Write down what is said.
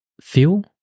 feel